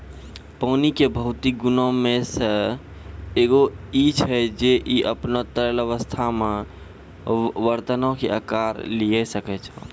पानी के भौतिक गुणो मे से एगो इ छै जे इ अपनो तरल अवस्था मे बरतनो के अकार लिये सकै छै